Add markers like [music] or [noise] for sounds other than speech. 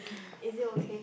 [breath] is it okay